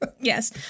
Yes